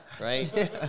right